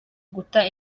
guta